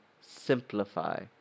simplify